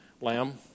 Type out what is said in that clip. lamb